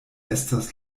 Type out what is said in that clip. estas